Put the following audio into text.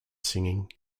singing